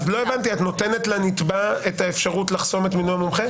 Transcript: אז נותנת לנתבע את האפשרות לחסום את מינוי המומחה?